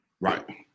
Right